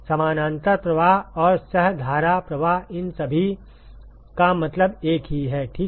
समानांतर प्रवाह और सह धारा प्रवाह इन सभी का मतलब एक ही है ठीक है